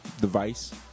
device